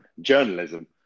journalism